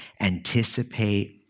anticipate